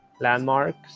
landmarks